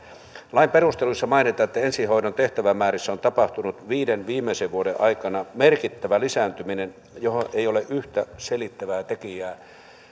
lain perusteluissa mainitaan että ensihoidon tehtävämäärissä on tapahtunut viiden viimeisen vuoden aikana merkittävä lisääntyminen johon ei ole yhtä selittävää tekijää